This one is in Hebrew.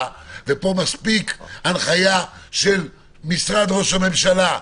וכאן מספיקה הנחיה של משרד ראש הממשלה.